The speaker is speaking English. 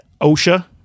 OSHA